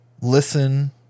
listen